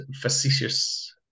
facetious